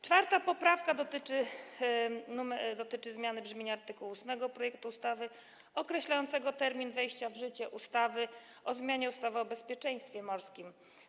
4. poprawka dotyczy zmiany brzmienia art. 8 projektu ustawy, określającego termin wejścia w życie ustawy o zmianie ustawy o bezpieczeństwie morskim.